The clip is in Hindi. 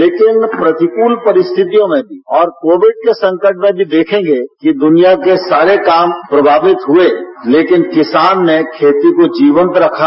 लेकिन प्रतिकूल परिस्थितियों में भी और कोविड के संकट में भी देखेंगे कि दुनिया के सारे काम प्रभावित हुए लेकिन किसान ने खेती को जीवंत रखा